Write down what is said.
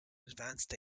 advanced